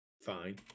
Fine